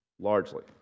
largely